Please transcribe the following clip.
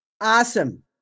awesome